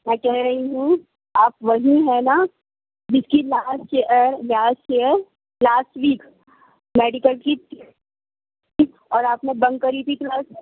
میں کہہ رہی ہوں آپ وہی ہیں نا جس کی last year last year last week medical کی اور آپ نے بنک کری تھی کلاس سے